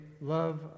love